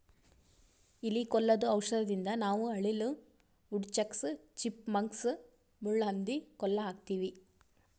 ಇಲಿ ಕೊಲ್ಲದು ಔಷಧದಿಂದ ನಾವ್ ಅಳಿಲ, ವುಡ್ ಚಕ್ಸ್, ಚಿಪ್ ಮಂಕ್ಸ್, ಮುಳ್ಳಹಂದಿ ಕೊಲ್ಲ ಹಾಕ್ತಿವಿ